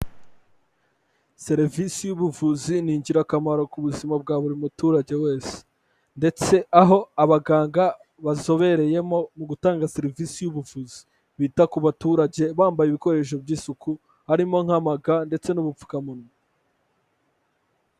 Serivisi y'ubuvuzi ni ingirakamaro ku buzima bwa buri muturage wese. Ndetse aho abaganga bazobereyemo mu gutanga serivisi y'ubuvuzi. Bita ku baturage bambaye ibikoresho by'isuku harimo nk'ama ga ndetse n'ubupfukamunwa.